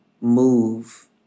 move